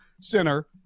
center